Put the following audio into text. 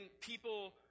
people